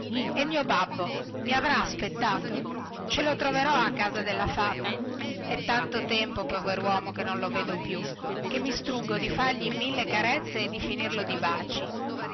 e il mio babbo mi avrà aspettato ce lo troverò a casa della fata è tanto tempo poveruomo che non lo vedo più che mi struggo di fargli mille carezze e di finirlo dai baci